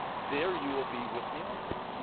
there you will be with me also.